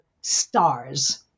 stars